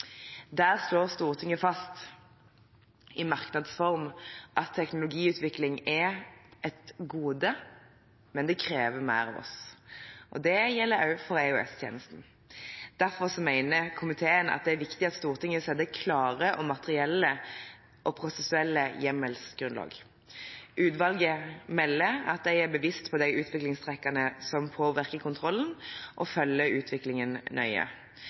Der slår Stortinget fast i merknads form at teknologiutvikling er et gode, men at det krever mer av oss. Det gjelder også for EOS-tjenesten. Derfor mener komiteen at det er viktig at Stortinget setter klare materielle og prosessuelle hjemmelsgrunnlag. Utvalget melder at de er bevisste på de utviklingstrekkene som påvirker kontrollen, og at de følger utviklingen nøye.